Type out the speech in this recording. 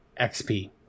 XP